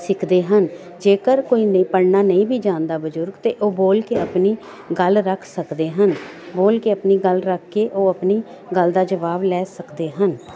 ਸਿੱਖਦੇ ਹਨ ਜੇਕਰ ਕੋਈ ਨਹੀਂ ਪੜ੍ਹਨਾ ਨਹੀਂ ਵੀ ਜਾਣਦਾ ਬਜ਼ੁਰਗ ਤਾਂ ਉਹ ਬੋਲ ਕੇ ਆਪਣੀ ਗੱਲ ਰੱਖ ਸਕਦੇ ਹਨ ਬੋਲ ਕੇ ਆਪਣੀ ਗੱਲ ਰੱਖ ਕੇ ਉਹ ਆਪਣੀ ਗੱਲ ਦਾ ਜਵਾਬ ਲੈ ਸਕਦੇ ਹਨ